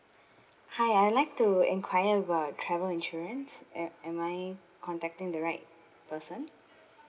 hi I'd like to inquire about travel insurance am am I contacting the right person